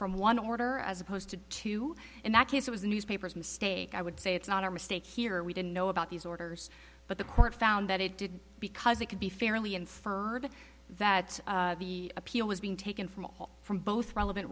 from one order as opposed to two in that case it was the newspaper's mistake i would say it's not our mistake here we didn't know about these orders but the court found that it did because it could be fairly inferred that the appeal was being taken from all from both relevant